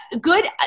good